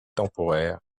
temporaire